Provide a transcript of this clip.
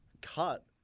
cut